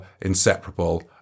inseparable